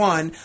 One